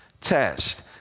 test